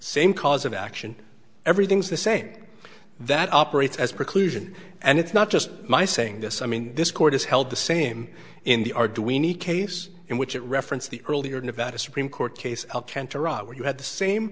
same cause of action everything's the same that operates as preclusion and it's not just my saying this i mean this court has held the same in the our do we need case in which it referenced the earlier nevada supreme court case where you had the same